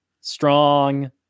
strong